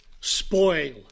spoil